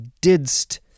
didst